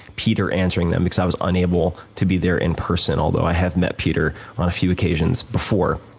peter answering them because i was unable to be there in person, although i have met peter on a few occasions before.